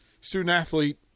student-athlete